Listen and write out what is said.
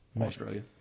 australia